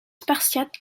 spartiates